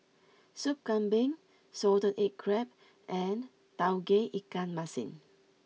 Sup Kambing Salted Egg Crab and Tauge Ikan Masin